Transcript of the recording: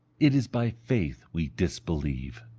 it is by faith we disbelieve.